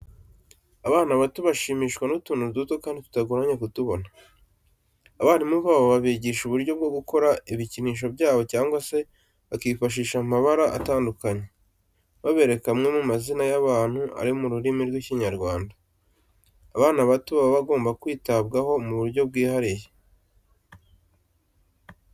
Abana bato bashimishwa n'utuntu duto kandi tutagoranye kutubona. Abarimu babo babigisha uburyo bwo gukora ibikinisho byabo cyangwa se bakifashisha amabara atandukanye, babereka amwe mu mazina y'abantu ari mu rurimi rw'Ikinyarwanda. Abana bato baba bagomba kwitabwaho mu buryo bwihariye.